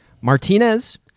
martinez